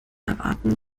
erwarten